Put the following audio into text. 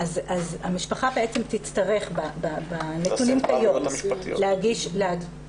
המשפחה תצטרך בנתונים כיום להגיש --- לשאת בעלויות המשפטיות.